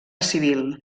civil